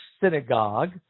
synagogue